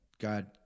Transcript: God